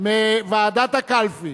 מוועדת הקלפי